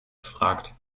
gefragt